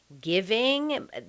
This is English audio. giving